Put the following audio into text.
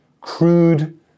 crude